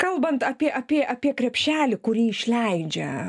kalbant apie apie apie krepšelį kurį išleidžia